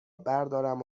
بردارم